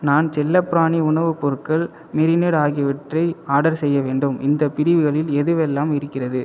நான் செல்லப்ராணி உணவுப் பொருட்கள் மேரினேட் ஆகியவற்றை ஆர்டர் செய்ய வேண்டும் இந்தப் பிரிவுகளில் எதுவெல்லாம் இருக்கிறது